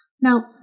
Now